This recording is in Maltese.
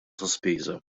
sospiża